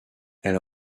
elle